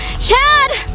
chad!